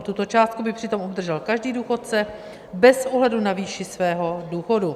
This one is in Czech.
Tuto částku by přitom obdržel každý důchodce bez ohledu na výši svého důchodu.